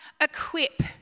equip